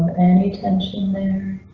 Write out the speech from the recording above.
any tension there?